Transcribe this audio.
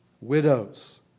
widows